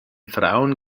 frauen